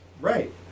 Right